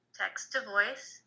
text-to-voice